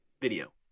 video